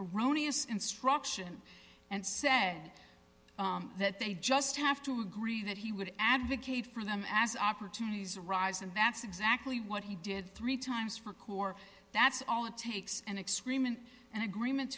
erroneous instruction and said that they just have to agree that he would advocate for them as opportunities arise and that's exactly what he did three times for coeur that's all it takes an extreme and an agreement